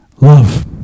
Love